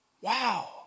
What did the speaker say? wow